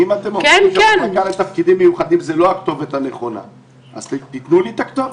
אם הוועדה לתפקידים מיוחדים היא לא הכתובת הנכונה אז תנו לי את הכתובת.